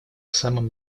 самом